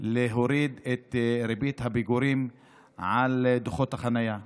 להוריד את ריבית הפיגורים על דוחות החנייה.